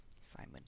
simon